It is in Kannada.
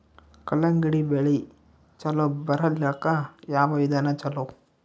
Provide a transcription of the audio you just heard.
ಕಲ್ಲಂಗಡಿ ಬೆಳಿ ಚಲೋ ಬರಲಾಕ ಯಾವ ವಿಧಾನ ಚಲೋ?